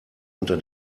unter